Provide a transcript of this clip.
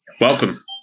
Welcome